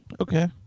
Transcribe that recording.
okay